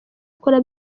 akora